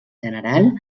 general